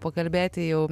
pakalbėti jau